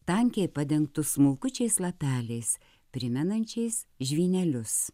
tankiai padengtus smulkučiais lapeliais primenančiais žvynelius